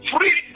free